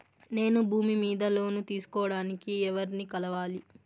నేను భూమి మీద లోను తీసుకోడానికి ఎవర్ని కలవాలి?